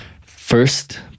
first